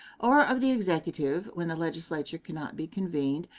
or of the executive when the legislature can not be convened,